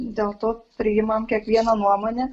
dėl to priimam kiekvieną nuomonę